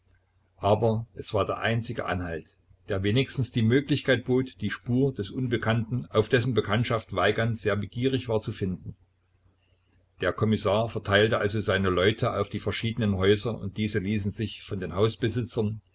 aber es war der einzige anhalt der wenigstens die möglichkeit bot die spur des unbekannten auf dessen bekanntschaft weigand sehr begierig war zu finden der kommissar verteilte also seine leute auf die verschiedenen häuser und diese ließen sich von den hausbesitzern